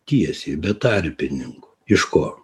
tiesiai be tarpininkų iš ko